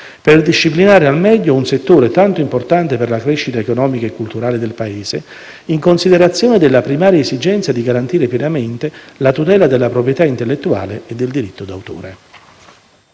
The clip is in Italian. per disciplinare al meglio un settore tanto importante per la crescita economica e culturale del Paese, in considerazione della primaria esigenza di garantire pienamente la tutela della proprietà intellettuale e del diritto d'autore.